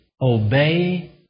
Obey